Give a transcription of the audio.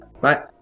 Bye